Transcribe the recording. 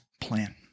plan